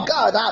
God